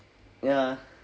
ya